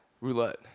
Roulette